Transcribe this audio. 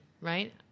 right